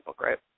right